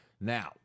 now